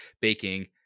baking